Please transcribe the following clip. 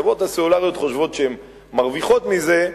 החברות הסלולריות חושבות שהן מרוויחות מזה.